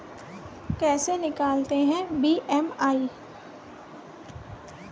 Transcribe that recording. कैसे निकालते हैं बी.एम.आई?